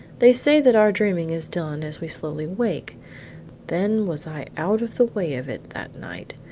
they say that our dreaming is done as we slowly wake then was i out of the way of it that night,